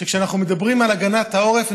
כשאנחנו מדברים על הגנת העורף,